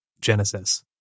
Genesis